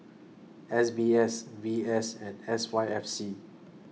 S B S V S and S Y F C